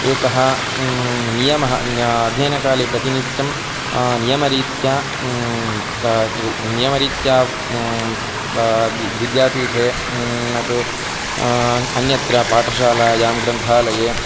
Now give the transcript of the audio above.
एकः नियमः अध्ययनकाले प्रतिनित्यं नियमरीत्या नियमरीत्या बा विद्यापीठे न तु अन्यत्र पाठशालायां ग्रन्थालये